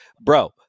bro